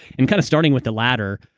and kind of starting with the latter,